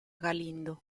galindo